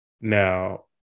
Now